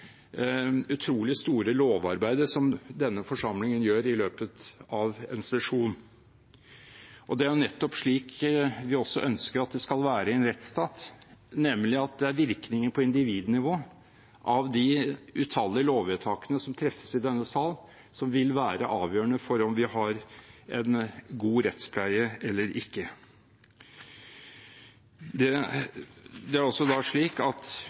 utrolig store lovarbeidet som denne forsamlingen gjør i løpet av en sesjon. Det er nettopp slik vi ønsker at det skal være i en rettsstat, nemlig at det er virkningen på individnivå av de utallige lovvedtakene som treffes i denne sal, som vil være avgjørende for om vi har en god rettspleie eller ikke. Det er altså slik at